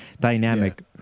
dynamic